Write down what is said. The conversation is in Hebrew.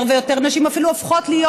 יותר ויותר נשים אפילו הופכות להיות